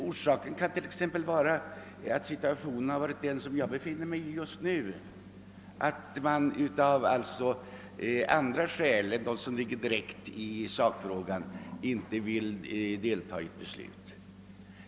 Orsaken kan emellertid vara att situationen exempelvis varit den som jag befinner mig i just nu, att man av andra skäl än de som direkt hänför sig till sakfrågan inte vill deltaga i ett beslut.